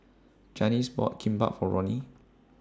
Janis bought Kimbap For Roni